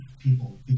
people